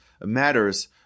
matters